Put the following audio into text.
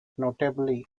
notably